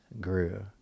grew